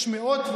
יש מאות,